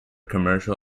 commercial